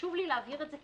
חשוב לי להבהיר את זה,